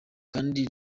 kandi